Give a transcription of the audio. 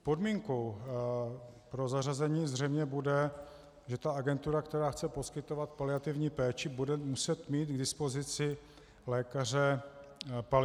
Podmínkou pro zařazení zřejmě bude, že ta agentura, která chce poskytovat paliativní péči, bude muset mít k dispozici lékaře paliativce.